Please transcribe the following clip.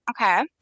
Okay